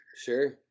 Sure